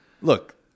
look